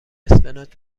اسفناج